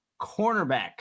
cornerback